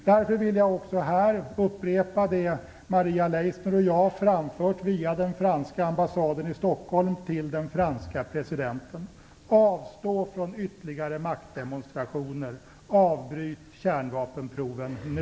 Därför vill jag också här i kammaren upprepa det som Maria Leissner och jag via den franska ambassaden i Stockholm har framfört till den franske presidenten: Avstå från ytterligare maktdemonstrationer, avbryt kärnvapenproven nu!